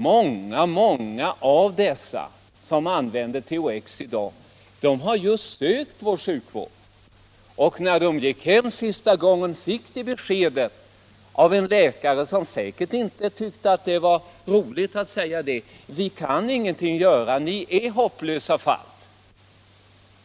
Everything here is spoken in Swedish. Många av dem som använder THX i dag har, som sagt, anlitat vår sjukvård. När de gick hem sista gången fick de beskedet av läkaren, som säkert inte tyckte att det var roligt att säga det: Vi kan ingenting göra, ni är ett hopplöst fall,